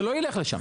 זה לא ילך לשם.